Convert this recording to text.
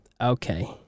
Okay